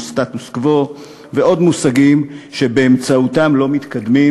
משתמשים במושגים כמו סטטוס קוו ועוד מושגים שבאמצעותם לא מתקדמים,